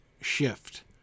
shift